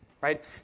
right